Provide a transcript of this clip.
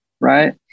Right